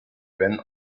when